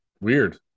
Weird